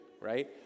right